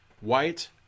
white